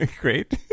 Great